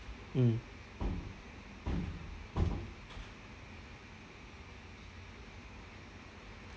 mm